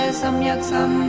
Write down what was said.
samyaksam